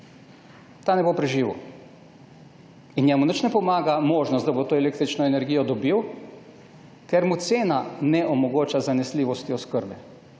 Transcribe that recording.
ta ne bo preživel. Njemu nič ne pomaga možnost, da bo to električno energijo dobil, ker mu cena ne omogoča zanesljivosti oskrbe.